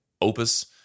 opus